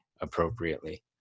appropriately